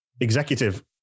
executive